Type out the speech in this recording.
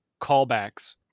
callbacks